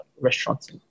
restaurants